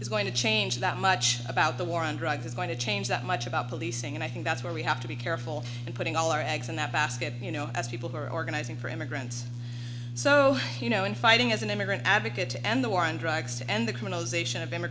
is going to change that much about the war on drugs is going to change that much about policing and i think that's where we have to be careful and putting all our eggs in that basket you know as people who are organizing for immigrants so you know in fighting as an immigrant advocate to end the war on drugs to end the